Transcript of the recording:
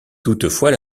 toutefois